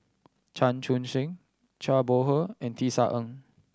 Chan Chun Sing Zhang Bohe and Tisa Ng